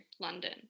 London